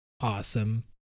awesome